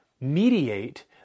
mediate